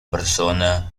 persona